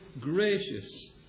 gracious